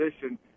position